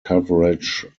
coverage